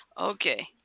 Okay